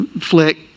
flick